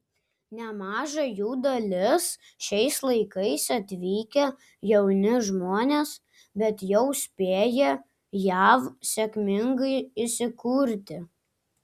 nemaža jų dalis šiais laikais atvykę jauni žmonės bet jau spėję jav sėkmingai įsikurti